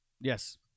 Yes